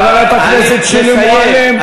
חברת הכנסת שולי מועלם,